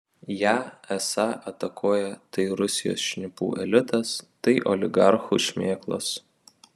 ją esą atakuoja tai rusijos šnipų elitas tai oligarchų šmėklos